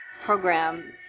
program